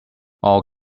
all